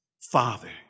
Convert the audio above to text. Father